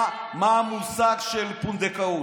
על מה המושג של פונדקאות.